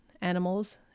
animals